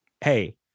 hey